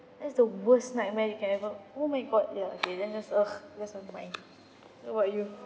that's the worst nightmare you can ever oh my god ya okay that's just ugh that's what mine then what about you